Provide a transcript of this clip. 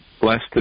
blessed